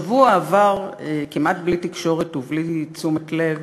השבוע עבר, כמעט בלי תקשורת ובלי תשומת לב,